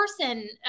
person